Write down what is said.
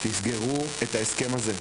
תסגרו את ההסכם הזה.